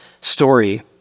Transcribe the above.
story